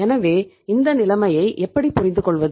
எனவே இந்த நிலைமையை எப்படி புரிந்து கொள்ளுவது